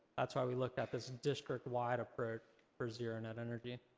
that's why we looked at this district wide approach for zero net energy.